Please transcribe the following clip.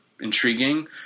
intriguing